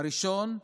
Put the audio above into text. הראשון,